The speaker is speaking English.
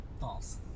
False